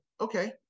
Okay